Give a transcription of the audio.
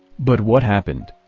but what happened?